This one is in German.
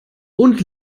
und